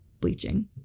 bleaching